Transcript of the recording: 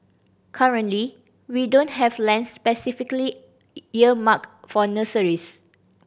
currently we don't have lands specifically earmarked for nurseries